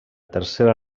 tercera